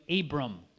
Abram